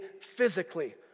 physically